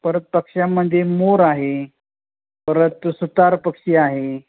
या परत पक्ष्यांमध्ये मोर आहे परत सुतार पक्षी आहे